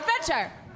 Adventure